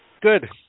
Good